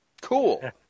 cool